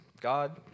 God